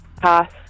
Pass